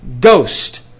Ghost